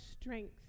strength